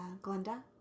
Glenda